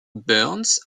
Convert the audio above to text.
burns